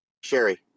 Sherry